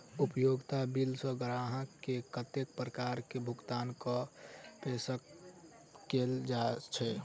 उपयोगिता बिल सऽ ग्राहक केँ कत्ते प्रकार केँ भुगतान कऽ पेशकश कैल जाय छै?